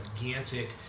gigantic